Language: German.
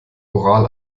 oral